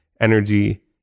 energy